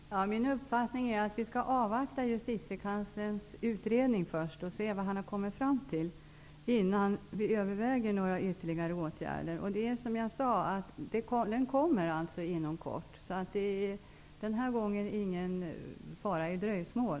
Herr talman! Min uppfattning är att vi skall avvakta Justitiekanslerns utredning och se vad han har kommit fram till innan vi överväger några ytterligare åtgärder. Denna utredning kommer att redovisas inom kort. Denna gång är det inte någon risk för dröjsmål.